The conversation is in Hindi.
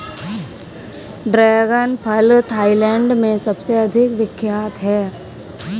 ड्रैगन फल थाईलैंड में सबसे अधिक विख्यात है